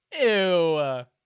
Ew